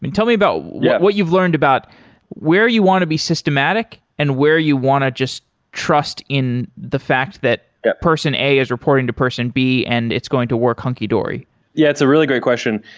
tell me about what you've learned about where you want to be systematic and where you want to just trust in the fact that person a is reporting to person b and it's going to work hunky-dory yeah, it's a really great question.